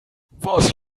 was